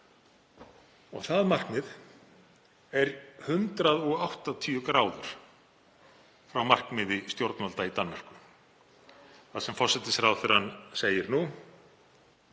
Það markmið er 180 gráður frá markmiði stjórnvalda í Danmörku þar sem forsætisráðherrann segir nú: